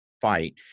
fight